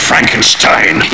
Frankenstein